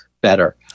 better